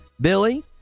Billy